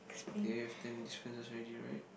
they have ten choices already right